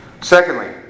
Secondly